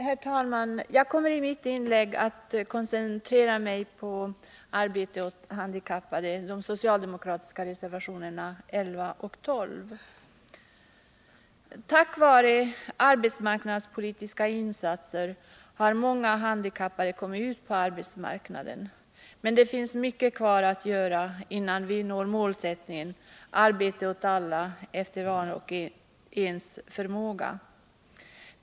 Herr talman! Jag kommer i mitt inlägg att koncentrera mig på frågan om arbete åt handikappade, de socialdemokratiska reservationerna 11 och 13 Tack vare arbetsmarknadspolitiska insatser har många handikappade kommit ut på arbetsmarknaden, men det finns mycket kvar att göra innan vi når målsättningen arbete åt alla efter vars och ens förmåga.